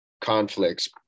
conflicts